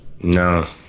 No